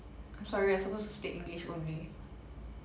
I'm sorry we're supposed to speak english only